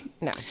No